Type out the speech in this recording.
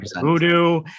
voodoo